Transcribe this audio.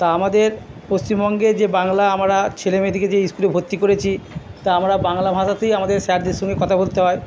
তা আমাদের পশ্চিমবঙ্গে যে বাংলা আমরা ছেলেমেয়েদেরকে যে স্কুলে ভর্তি করেছি তা আমরা বাংলা ভাষাতেই আমাদের স্যারদের সঙ্গে কথা বলতে হয়